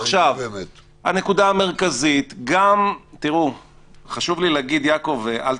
יעקב, חשוב לי להגיד ואל תיפגע,